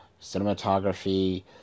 cinematography